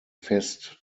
fest